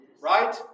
Right